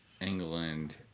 England